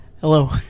Hello